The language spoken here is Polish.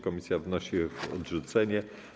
Komisja wnosi o ich odrzucenie.